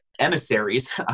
emissaries